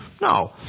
No